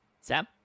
Sam